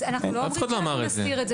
אף אחד לא אמר את זה.